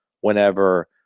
whenever